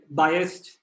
biased